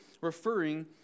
referring